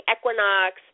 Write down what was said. equinox